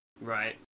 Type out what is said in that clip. Right